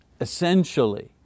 essentially